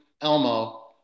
Elmo